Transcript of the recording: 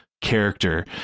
character